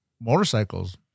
motorcycles